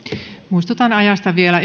muistutan vielä